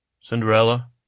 Cinderella